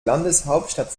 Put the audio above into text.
landeshauptstadt